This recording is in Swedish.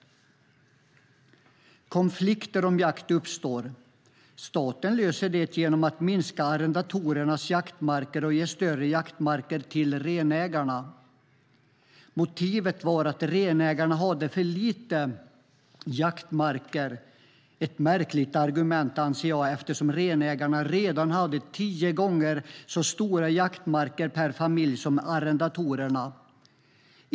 Konflikter om jakten uppstod. Staten löste det genom att minska arrendatorernas jaktmarker och ge större jaktmarker till renägarna. Motivet var att renägarna hade för lite jaktmarker - ett märkligt argument anser jag eftersom renägarna redan hade tio gånger så stora jaktmarker per familj som arrendatorerna.